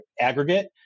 aggregate